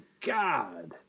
God